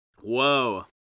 whoa